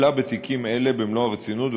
טיפלה בתיקים אלה במלוא הרצינות,